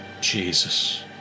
Jesus